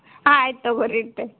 ಹಾಂ ಆಯ್ತು ತಗೋರಿ ಇಡ್ತೇನಿ